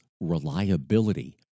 reliability